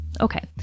Okay